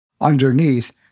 Underneath